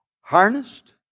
harnessed